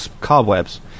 cobwebs